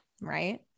right